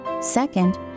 Second